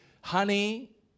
Honey